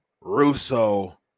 russo